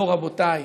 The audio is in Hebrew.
לא, רבותיי.